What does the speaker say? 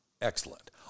Excellent